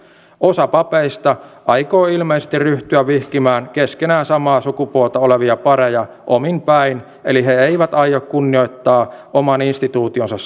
osa papeista aikoo ilmeisesti ryhtyä vihkimään keskenään samaa sukupuolta olevia pareja omin päin eli he eivät aio kunnioittaa oman instituutionsa